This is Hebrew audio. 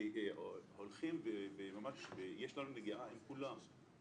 יש לנו נגיעה עם כולם.